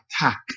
attack